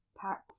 Pack